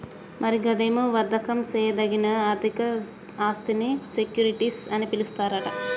మరి గదేమో వర్దకం సేయదగిన ఆర్థిక ఆస్థినీ సెక్యూరిటీస్ అని పిలుస్తారట